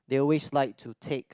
they always like to take